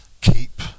keep